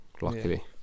Luckily